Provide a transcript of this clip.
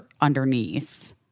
underneath